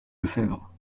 lefebvre